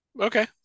Okay